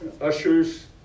ushers